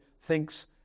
thinks